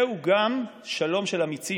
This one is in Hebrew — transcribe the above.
זהו גם שלום של אמיצים.